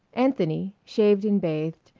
anthony, shaved and bathed,